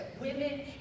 women